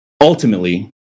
ultimately